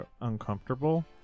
uncomfortable